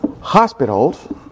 Hospitals